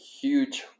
huge